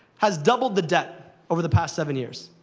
has doubled the debt over the past seven years.